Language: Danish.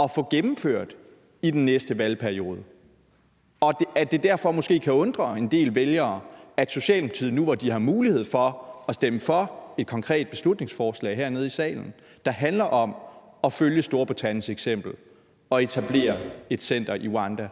at få gennemført i den næste valgperiode, og at det derfor måske kan undre en del vælgere, at Socialdemokratiet nu, hvor de har mulighed for at stemme for et konkret beslutningsforslag hernede i salen, der handler om at følge Storbritanniens eksempel og etablere et center i Rwanda,